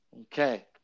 Okay